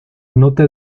anota